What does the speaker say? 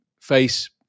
face